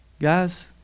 Guys